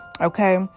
Okay